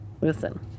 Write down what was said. Listen